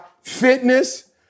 fitness